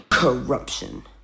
Corruption